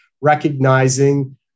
recognizing